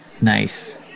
Nice